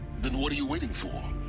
then what are you waiting for.